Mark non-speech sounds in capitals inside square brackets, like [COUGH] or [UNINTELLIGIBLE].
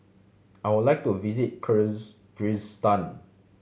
I would like to visit [UNINTELLIGIBLE] Kyrgyzstan